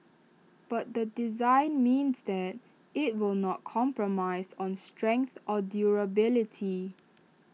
but the design means that IT will not compromise on strength or durability